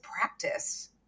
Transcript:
practice